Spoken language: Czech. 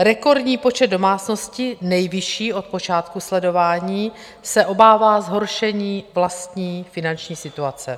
Rekordní počet domácnosti, nejvyšší od počátku sledování, se obává zhoršení vlastní finanční situace.